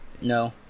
No